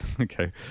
okay